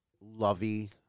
lovey